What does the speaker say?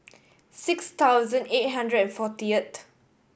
six thousand eight hundred and fortieth